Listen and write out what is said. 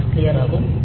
6 clear ஆகும்